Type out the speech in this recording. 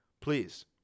Please